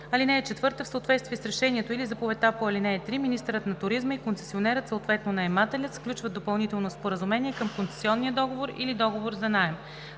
г. (4) В съответствие с решението или заповедта по ал. 3 министърът на туризма и концесионерът, съответно наемателят сключват допълнително споразумение към концесионния договор или договора за наем.